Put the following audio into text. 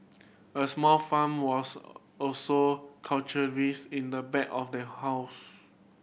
a small farm was also in the back of their house